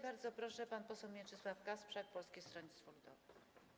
Bardzo proszę, pan poseł Mieczysław Kasprzak, Polskie Stronnictwo Ludowe.